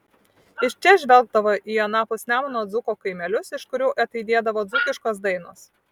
iš čia žvelgdavo į anapus nemuno dzūkų kaimelius iš kurių ataidėdavo dzūkiškos dainos